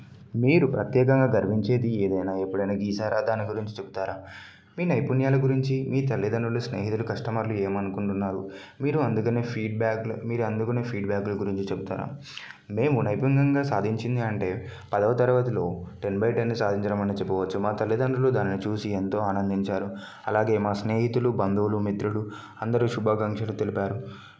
మీరు ప్రత్యేకంగా గర్వించేది ఏదైనా ఎప్పుడైనా గీసారా దాని గురించి చెప్తారా మీ నైపుణ్యాల గురించి మీ తల్లిదండ్రుల స్నేహితులు కస్టమర్లు ఏమనుకుంటున్నారు మీరు అందుకనే ఫీడ్బ్యాకులు మీరు అందుకనే ఫీడ్బ్యాకుల గురించి చెప్తారా మేము నైపుణ్యంగా సాధించింది అంటే పదవ తరగతిలో టెన్ బై టెన్ సాధించడం అనేది చెప్పవచ్చు మా తల్లిదండ్రులు దానిని చూసి ఎంతో ఆనందించారు అలాగే మా స్నేహితులు బంధువులు మిత్రులు అందరూ శుభాకాంక్షలు తెలిపారు